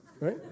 right